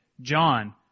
John